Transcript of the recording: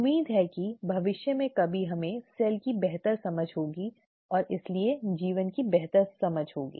उम्मीद है कि भविष्य में कभी हमें सेल की बेहतर समझ होगी और इसलिए जीवन की बेहतर समझ होगी